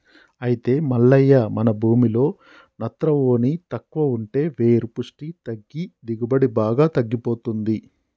అయితే మల్లయ్య మన భూమిలో నత్రవోని తక్కువ ఉంటే వేరు పుష్టి తగ్గి దిగుబడి బాగా తగ్గిపోతుంది